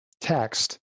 text